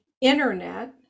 Internet